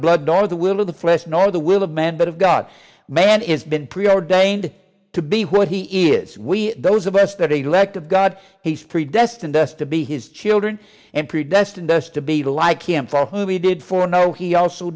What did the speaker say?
blood or the will of the flesh nor of the will of man but of god man is been preordained to be what he is we those of us that he led to god he's predestined us to be his children and predestined us to be like him for who he did for no he also